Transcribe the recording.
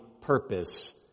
purpose